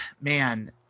man